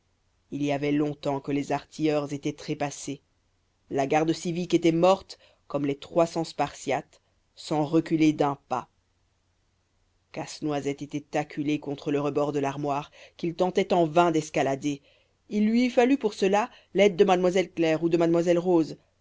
il y avait longtemps que les artilleurs étaient trépassés la garde civique était morte comme les trois cents spartiates sans reculer d'un pas casse-noisette était acculé contre le rebord de l'armoire qu'il tentait en vain d'escalader il lui eût fallu pour cela l'aide de mademoiselle claire ou de mademoiselle rose